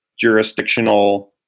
jurisdictional